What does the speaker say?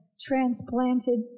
transplanted